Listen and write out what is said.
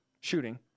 shooting